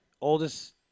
Oldest